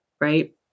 right